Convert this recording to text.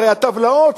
הרי הטבלאות,